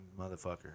motherfucker